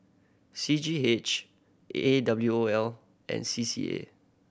C G H A A W O L and C C A